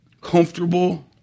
Comfortable